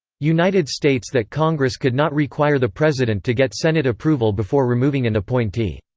united states that congress could not require the president to get senate approval before removing an appointee.